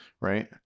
Right